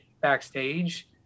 backstage